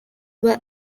were